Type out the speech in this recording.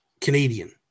Canadian